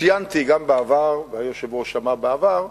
ציינתי גם בעבר, והיושב-ראש שמע בעבר,